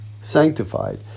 sanctified